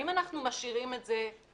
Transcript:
האם אנחנו משאירים את זה לעולם,